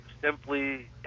simply